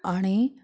आनी